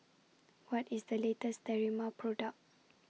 What IS The latest Sterimar Product